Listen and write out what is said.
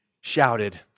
shouted